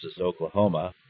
Oklahoma